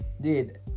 Dude